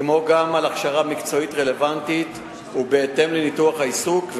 כמו גם הכשרה מקצועית רלוונטית בהתאם לניתוח העיסוק,